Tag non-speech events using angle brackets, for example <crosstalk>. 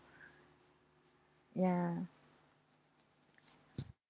<breath> ya